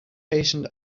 patient